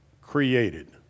created